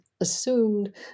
assumed